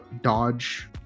Dodge